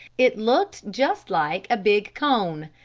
it looked just like a big cone,